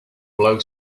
blow